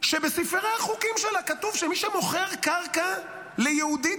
שבספרי החוקים שלה כתוב שמי שמוכר קרקע ליהודי,